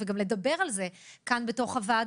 וגם לדבר על זה כאן בתוך הוועדות.